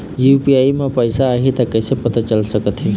UPI म पैसा आही त कइसे पता चल सकत हे?